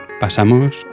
pasamos